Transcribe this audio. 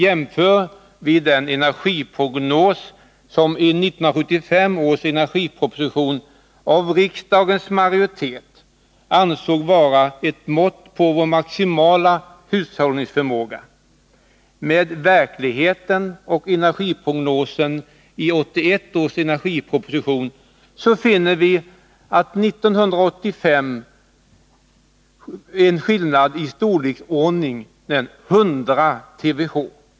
Jämför vi energiprognosen i 1975 års energiproposition, som av riksdagens majoritet ansågs vara ett mått på vår maximala hushållningsförmåga, med verkligheten och med energiprognosen i 1981 års energiproposition, så finner vi för 1985 en skillnad i storleksordningen 100 TWh.